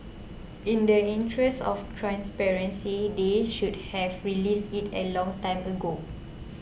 in the interest of transparency they should have released it a long time ago